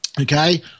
Okay